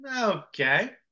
Okay